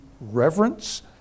reverence